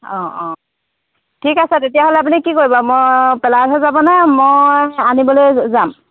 অঁ ঠিক আছে তেতিয়াহ'লে আপুনি কি কৰিব মই পেলাই তৈ যাবনে মই আনিবলৈ যাম